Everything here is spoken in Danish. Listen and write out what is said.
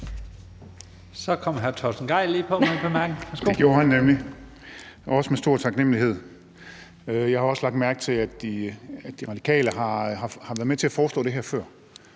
Kl. 16:19 Torsten Gejl (ALT): Det gjorde han nemlig og også med stor taknemlighed. Jeg har også lagt mærke til, at De Radikale har været med til at foreslå det her før.